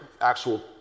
actual